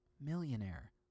millionaire